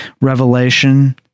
revelation